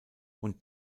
und